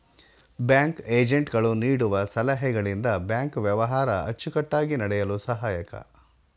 bank agent ಗಳು ನೀಡುವ ಸಲಹೆಗಳಿಂದ ಬ್ಯಾಂಕ್ ವ್ಯವಹಾರ ಅಚ್ಚುಕಟ್ಟಾಗಿ ನಡೆಯಲು ಸಹಾಯಕ